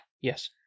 Yes